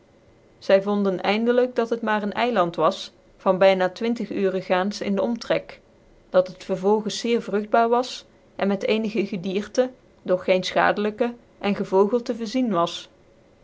zy bcvonden eindelyk dat het maar een eiland was van by na twintig uuren gaans in den omtrek dat het vervolgens zeer vrogtbaar was cn met ccnig gedierte dog geen fchadclyke cn gevogelte verzien was